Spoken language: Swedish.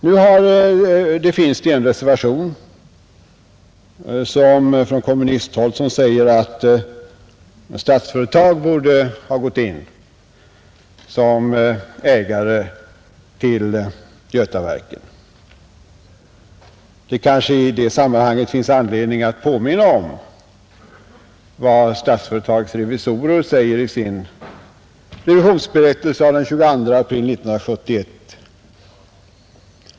I en kommunistisk reservation sägs att Statsföretag AB borde ha gått in som ägare av Götaverken, Det finns i sammanhanget anledning påminna om vad AB Statsföretags revisorer skrev i sin revisionsberättelse av den 22 april 1971.